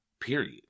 Period